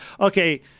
Okay